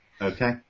Okay